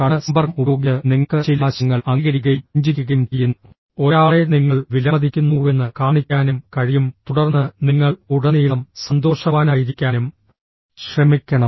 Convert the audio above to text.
കണ്ണ് സമ്പർക്കം ഉപയോഗിച്ച് നിങ്ങൾക്ക് ചില ആശയങ്ങൾ അംഗീകരിക്കുകയും പുഞ്ചിരിക്കുകയും ചെയ്യുന്ന ഒരാളെ നിങ്ങൾ വിലമതിക്കുന്നുവെന്ന് കാണിക്കാനും കഴിയും തുടർന്ന് നിങ്ങൾ ഉടനീളം സന്തോഷവാനായിരിക്കാനും ശ്രമിക്കണം